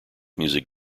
music